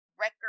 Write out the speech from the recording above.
record